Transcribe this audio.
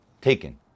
taken